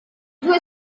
due